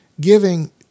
giving